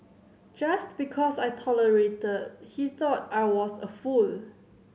just because I tolerated he thought I was a fool